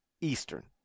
Eastern